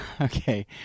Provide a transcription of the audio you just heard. okay